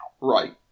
Right